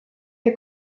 der